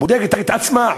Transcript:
בודקת את עצמה,